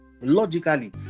logically